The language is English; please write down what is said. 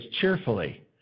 cheerfully